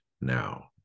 now